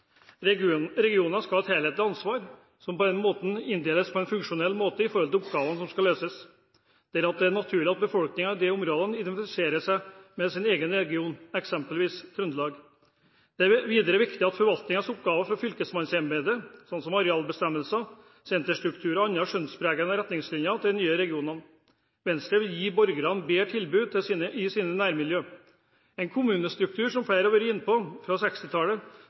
region, eksempelvis Trøndelag. Det er videre viktig å gi forvaltningsoppgaver fra fylkesmannsembetet, slik som arealbestemmelser, senterstrukturer og andre skjønnspregede retningslinjer, til de nye regionene. Venstre vil gi borgerne bedre tilbud i sine nærmiljø. En kommunestruktur, som flere har vært inne på, fra